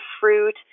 fruit